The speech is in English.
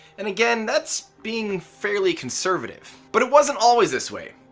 and again, that's being fairly conservative. but it wasn't always this way.